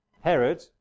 Herod